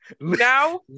Now